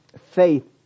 Faith